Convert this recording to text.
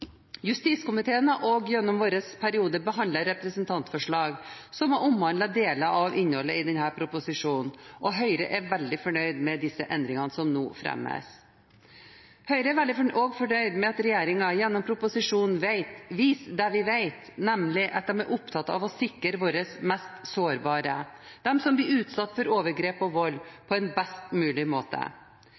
Justiskomiteen har også gjennom vår periode behandlet representantforslag som har omhandlet deler av innholdet i denne proposisjonen, og Høyre er veldig fornøyd med disse endringene som nå fremmes. Høyre er også fornøyd med at regjeringen gjennom proposisjonen viser det vi vet, nemlig at de er opptatt av å sikre våre mest sårbare – de som blir utsatt for overgrep og vold – på en best mulig måte.